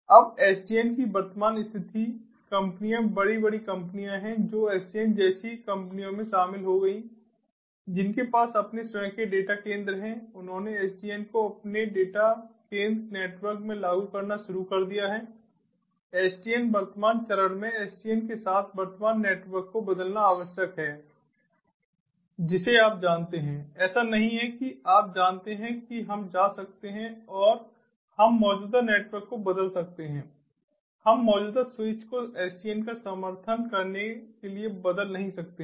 अब SDN की वर्तमान स्थिति कंपनियांबड़ी बड़ी कंपनियाँ हैं जो SDN जैसी कंपनियों में शामिल हो गईं जिनके पास अपने स्वयं के डेटा केंद्र हैं उन्होंने SDN को अपने डेटा केंद्र नेटवर्क में लागू करना शुरू कर दिया है SDN वर्तमान चरण में SDN के साथ वर्तमान नेटवर्क को बदलना आवश्यक है जिसे आप जानते हैं ऐसा नहीं है कि आप जानते हैं कि हम जा सकते हैं और हम मौजूदा नेटवर्क को बदल सकते हैं हम मौजूदा स्विच को SDN का समर्थन करने के लिए बदल नहीं सकते हैं